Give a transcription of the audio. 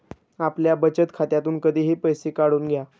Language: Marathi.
आपल्या बचत खात्यातून कधीही पैसे काढून घ्या